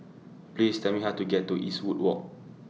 Please Tell Me How to get to Eastwood Walk